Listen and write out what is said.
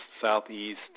southeast